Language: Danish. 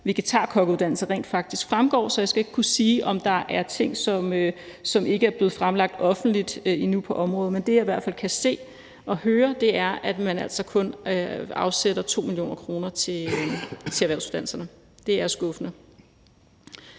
vegetarkokkeuddannelse rent faktisk fremgår. Så jeg skal ikke kunne sige, om der er ting på området, som ikke er blevet fremlagt offentligt endnu. Men det, jeg i hvert fald kan se og høre, er, at man altså kun afsætter 2 mio. kr. til erhvervsuddannelserne. Det er skuffende.